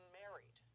married